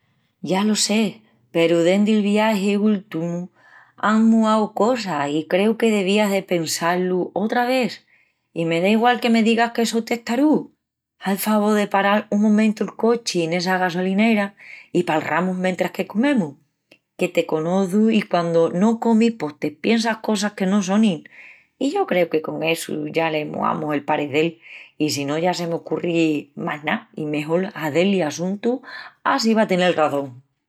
Ya lo sé, peru dendi’l viagi últimu án muau cosas i creu que devías de pensá-lu otra ves. I me da igual que me digas que só testarúu. Ha'l favol de paral un momentu el cochi en essa gasolinera i palramus mentris que comemus. Que te conoçu i quandu no comis pos te piensas cosas que no sonin. I yo creu que con essu ya le muamus el parecel i si no ya se m'ocurri más ná i mejol hazé-li assuntu á si va a tenel razón.